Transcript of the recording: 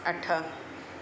अठ